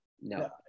No